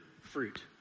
fruit